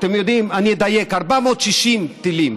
אתם יודעים, אני אדייק: 460 טילים.